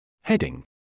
Heading